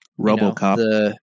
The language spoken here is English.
Robocop